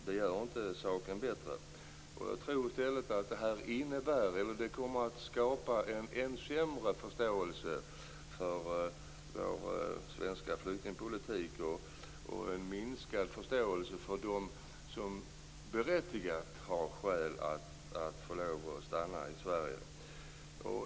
Det gör inte saken bättre. Jag tror i stället att detta kommer att skapa en ännu sämre förståelse för vår svenska flyktingpolitik och för dem som berättigat har skäl att få stanna i Sverige.